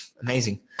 Amazing